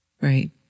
Right